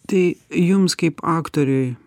tai jums kaip aktoriui